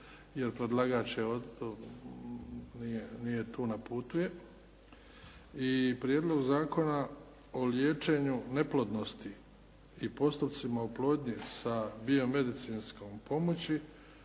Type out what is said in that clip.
jer predlagač je, nije, nije tu, na putu je i Prijedlog zakona o liječenju neplodnosti i postupcima oplodnje s biomedicinskom pomoći